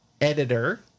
editor